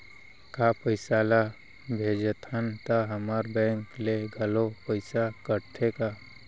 का पइसा ला भेजथन त हमर बैंक ले घलो पइसा कटथे का?